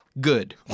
Good